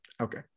Okay